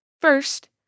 First